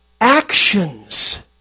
actions